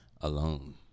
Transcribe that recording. alone